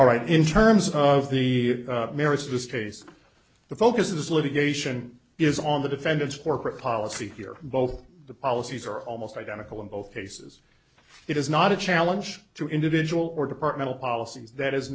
all right in terms of the merits of this case the focus is litigation is on the defendants corporate policy here both the policies are almost identical in both cases it is not a challenge to individual or departmental policies that is